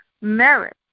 merit